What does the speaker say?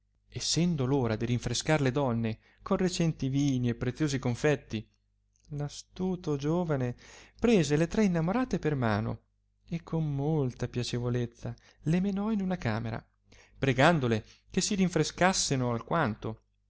essendo ora di rinfrescar le donne con recenti vini e preziosi confetti l astuto giovane prese le tre innamorate per mano e con molta piacevolezza le menò in una camera pregandole che si rinfrescasseno alquanto